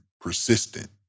persistent